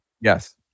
Yes